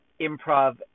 improv